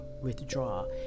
withdraw